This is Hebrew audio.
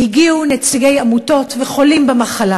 והיום הגיעו נציגי עמותות וחולים במחלה